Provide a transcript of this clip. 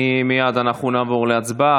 מייד אנחנו נעבור להצבעה.